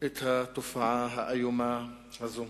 את התופעה האיומה הזו.